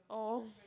oh